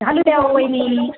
घालू द्या अहो वहिनी